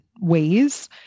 ways